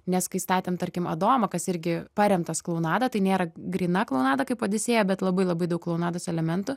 nes kai statėm tarkim adomą kas irgi paremtas klounada tai nėra gryna klounada kaip odisėja bet labai labai daug klounados elementų